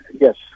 Yes